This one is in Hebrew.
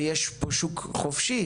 ויש פה שוק חופשי,